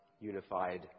unified